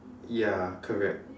ya correct